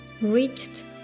reached